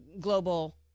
global